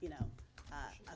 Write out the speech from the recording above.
you know